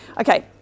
Okay